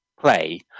play